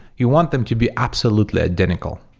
you want them to be absolutely identical,